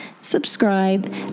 subscribe